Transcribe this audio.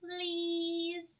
Please